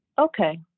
Okay